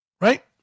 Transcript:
right